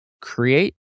create